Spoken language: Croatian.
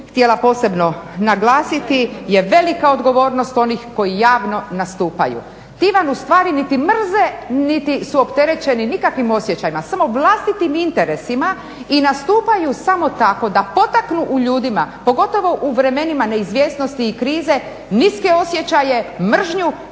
htjela posebno naglasiti je velika odgovornost onih koji javno nastupaju. Ti vam u stvari niti mrze, niti su opterećeni nikakvim osjećajima samo vlastitim interesima i nastupaju samo tako da potaknu u ljudima pogotovo u vremenima neizvjesnosti i krize niske osjećaje, mržnju